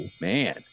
man